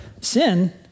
sin